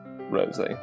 Rosie